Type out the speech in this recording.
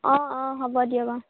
অঁ অঁ হ'ব দিয়ক অঁ